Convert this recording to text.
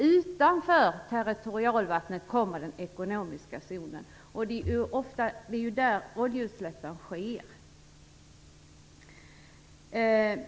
Utanför territorialvattnet kommer den ekonomiska zonen. Det är där som oljeutsläppen sker.